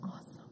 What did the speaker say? awesome